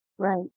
Right